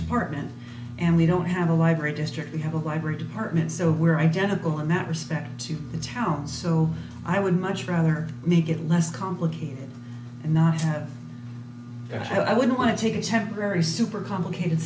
apartment and we don't have a library district we have a library department so we're identical in that respect to the town so i would much rather make it less complicated and not have to have i would want to take a temporary super complicated